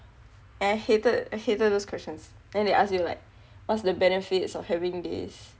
and I hated I hated those questions then they ask you like what's the benefits of having this